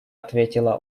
ответила